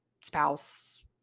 spouse